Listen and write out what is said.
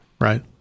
Right